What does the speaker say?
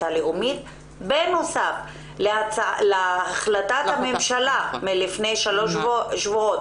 הלאומית בנוסף להחלטת הממשלה מלפני שלושה שבועות